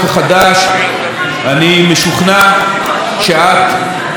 אני משוכנע שאת והממשלה תעשו בו שימוש